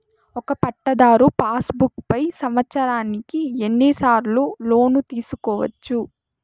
ఒక పట్టాధారు passbook పై సంవత్సరానికి ఎన్ని సార్లు లోను తీసుకోవచ్చు?